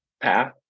path